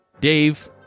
dave